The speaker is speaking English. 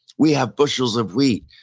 we have bushels of wheat,